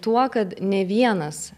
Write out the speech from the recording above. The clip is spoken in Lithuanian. tuo kad ne vienas